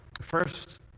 first